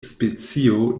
specio